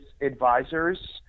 advisors